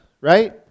right